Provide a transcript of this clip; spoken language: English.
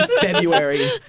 February